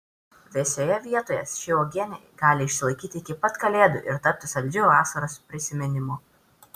vėsioje vietoje ši uogienė gali išsilaikyti iki pat kalėdų ir tapti saldžiu vasaros prisiminimu